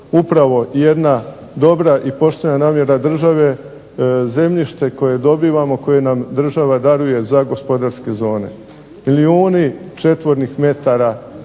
upravo jedna dobra i poštena namjera države, zemljište koje dobivamo koje nam država daruje za gospodarske zone. Milijuni četvornih metara, deseci